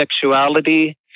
sexuality